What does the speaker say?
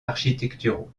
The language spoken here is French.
architecturaux